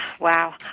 Wow